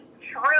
true